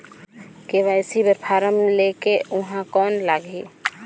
KYC बर form ले के ऊहां कौन लगही?